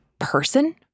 person